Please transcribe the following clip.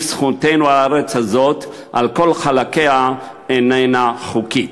זכותנו על הארץ הזאת על כל חלקיה איננה חוקית.